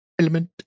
Element